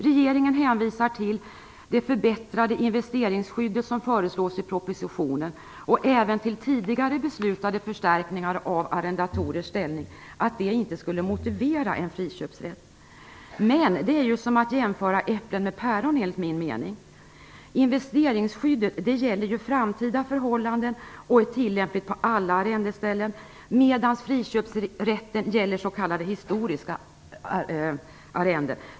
Regeringen hänvisar till det förbättrade investeringsskydd som föreslås i propositionen och säger även att tidigare beslutade förstärkningar av arrendatorers ställning inte skulle motivera en friköpsrätt. Det är enligt min mening som att jämföra äpplen med päron. Investeringsskyddet gäller ju framtida förhållanden och är tillämpligt på alla arrendeställen, medan friköpsrätten gäller s.k. historiska arrenden.